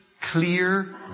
clear